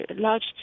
large